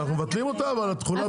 אנחנו מבטלים אותו, אבל את יכולה